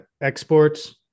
exports